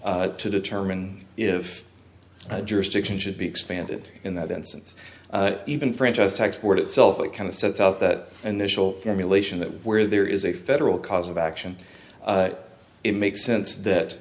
to determine if jurisdiction should be expanded in that instance even franchise tax board itself it kind of sets out that initial emulation that where there is a federal cause of action it makes sense that